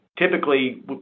typically